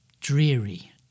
dreary